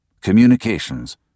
Communications